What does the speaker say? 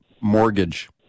mortgage